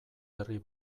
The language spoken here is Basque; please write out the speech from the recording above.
herri